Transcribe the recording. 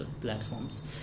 platforms